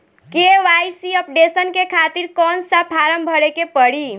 KYC updation के खातिर कौन सा फारम भरे के पड़ी?